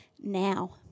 now